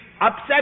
upset